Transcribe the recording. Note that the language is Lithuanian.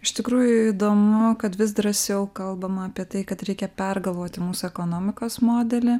iš tikrųjų įdomu kad vis drąsiau kalbama apie tai kad reikia pergalvoti mūsų ekonomikos modelį